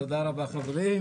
תודה רבה חברים.